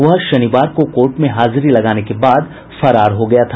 वह शनिवार को कोर्ट में हाजिरी लगाने के बाद फरार हो गया था